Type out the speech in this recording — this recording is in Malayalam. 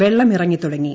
വെള്ളമിറങ്ങിത്തുടങ്ങി